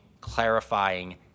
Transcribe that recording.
clarifying